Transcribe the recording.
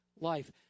life